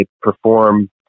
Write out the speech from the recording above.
perform